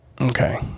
Okay